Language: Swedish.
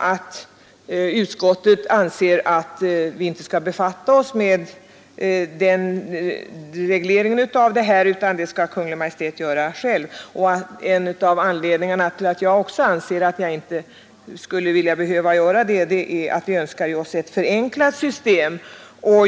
att utskottet anser att riksdagen inte bör befatta sig med regleringen av belöningssystemet utan det bör Kungl. Maj:t göra själv, och vi önskar oss ett förenklat system.